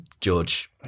George